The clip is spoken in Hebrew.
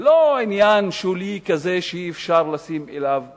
זה לא עניין שולי כזה שאי-אפשר לשים לב אליו.